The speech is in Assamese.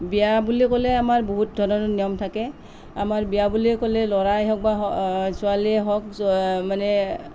বিয়া বুলি ক'লে আমাৰ বহুত ধৰণৰ নিয়ম থাকে আমাৰ বিয়া বুলি ক'লে ল'ৰাই হওঁক বা ছোৱালীয়ে হওঁক মানে